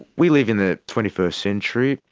we live in the twenty first century,